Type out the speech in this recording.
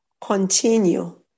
continue